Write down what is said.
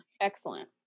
Excellent